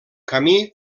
camí